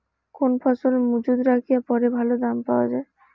কোন ফসল মুজুত রাখিয়া পরে ভালো দাম পাওয়া যায়?